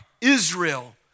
Israel